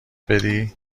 بدی